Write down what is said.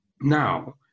Now